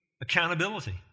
accountability